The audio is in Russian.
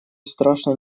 страшно